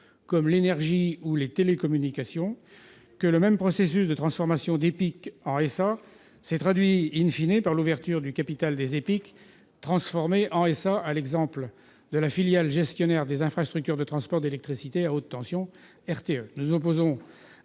de l'énergie ou des télécommunications, le même processus de transformation s'est traduit par l'ouverture du capital des EPIC transformés en SA, à l'exemple de la filiale gestionnaire des infrastructures de transport d'électricité à haute tension, RTE.